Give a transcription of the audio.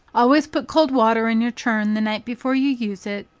always put cold water in your churn the night before you use it,